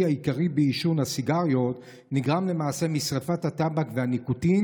העיקרי בעישון הסיגריות נגרם למעשה משרפת הטבק והניקוטין,